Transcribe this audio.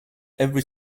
every